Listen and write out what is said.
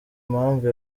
impamvu